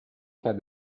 had